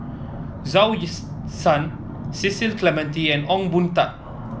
Zhou Ye Cecil Clementi and Ong Boon Tat